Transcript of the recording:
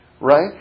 right